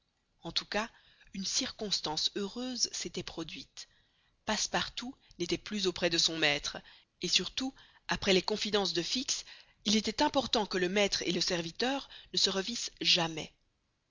en tout cas une circonstance heureuse s'était produite passepartout n'était plus auprès de son maître et surtout après les confidences de fix il était important que le maître et le serviteur ne se revissent jamais